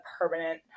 permanent